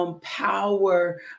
Power